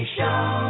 Show